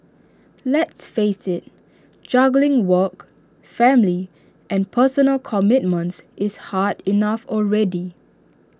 let's face IT juggling work family and personal commitments is hard enough already